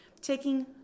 taking